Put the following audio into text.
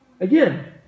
Again